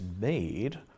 made